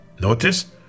Notice